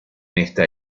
esta